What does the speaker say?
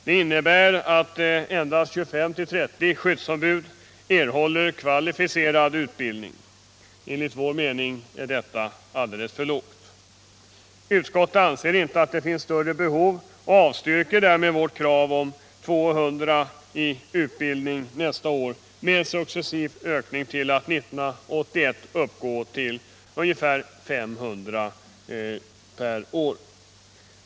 Det innebär att endast 25-30 skyddsombud erhåller kvalificerad utbildning. Enligt vår mening är detta alldeles för litet. Utskottet anser att det inte finns större behov och avstyrker därmed vårt krav om 200 i utbildning nästa år, med en successiv ökning till ungefär 500 per år fr.o.m. 1981.